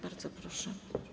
Bardzo proszę.